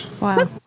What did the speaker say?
Wow